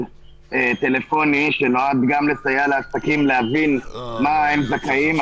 טלפוני שנועד גם לסייע לעסקים להבין למה הם זכאים.